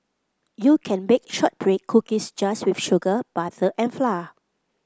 you can bake shortbread cookies just with sugar butter and flour